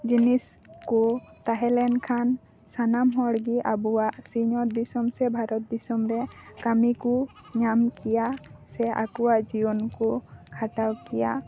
ᱡᱤᱱᱤᱥ ᱠᱚ ᱛᱟᱦᱮᱸ ᱞᱮᱱᱠᱷᱟᱱ ᱥᱟᱱᱟᱢ ᱦᱚᱲ ᱜᱮ ᱟᱵᱚᱣᱟᱜ ᱥᱤᱧᱚᱛ ᱫᱤᱥᱚᱢ ᱥᱮ ᱵᱷᱟᱨᱚᱛ ᱫᱤᱥᱚᱢ ᱨᱮ ᱠᱟᱹᱢᱤ ᱠᱚ ᱧᱟᱢ ᱠᱮᱭᱟ ᱥᱮ ᱟᱠᱚᱣᱟᱜ ᱡᱤᱭᱚᱱ ᱠᱚ ᱠᱷᱟᱸᱰᱟᱣ ᱠᱮᱭᱟ